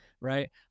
Right